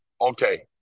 Okay